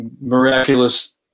miraculous